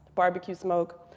barbecue smoke,